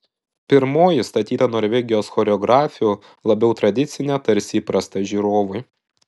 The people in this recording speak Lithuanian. pirmoji statyta norvegijos choreografių labiau tradicinė tarsi įprasta žiūrovui